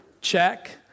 Check